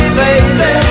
baby